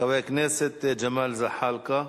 חבר הכנסת ג'מאל זחאלקה,